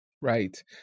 right